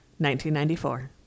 1994